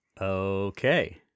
Okay